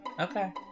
Okay